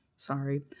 sorry